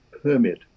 permit